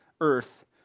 earth